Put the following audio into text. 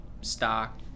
stock